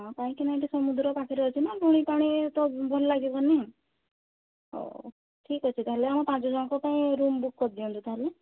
ହଁ କାହିଁକି ନା ଏଠି ସମୁଦ୍ର ପାଖରେ ଅଛି ନା ଲୁଣି ପାଣି ତ ଭଲ ଲାଗିବନି ହଉ ଠିକ ଅଛି ତାହେଲେ ଆମ ପାଞ୍ଚ ଜଣଙ୍କ ପାଇଁ ରୁମ୍ ବୁକ୍ କରି ଦିଅନ୍ତୁ ତାହେଲେ